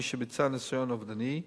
1. מי שביצע ניסיון אובדני,